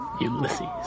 Ulysses